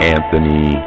Anthony